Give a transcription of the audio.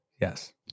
Yes